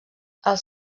als